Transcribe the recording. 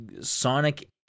Sonic